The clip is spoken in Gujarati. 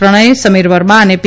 પ્રણથ સમીર વર્મા અને પી